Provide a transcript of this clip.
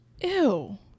ew